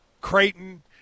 Creighton